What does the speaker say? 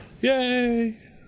Yay